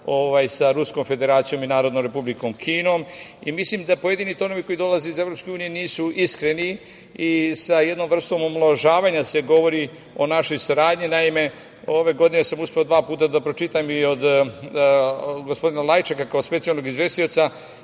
sa Ruskom Federacijom i NRK, i mislim da pojedini tonovi koji dolaze iz EU nisu iskreni i sa jednom vrstom omaložavanja se govori o našoj saradnji. Naime, ove godine sam uspeo dva puta da pročitam i od gospodina Lajčeka, kao specijalnog izvestioca